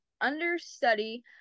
understudy